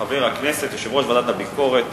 התש"ע 2010, מוועדת החוקה,